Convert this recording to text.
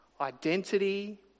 identity